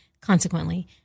consequently